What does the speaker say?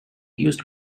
used